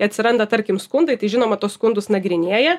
atsiranda tarkim skundai tai žinoma tuos skundus nagrinėja